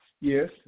Yes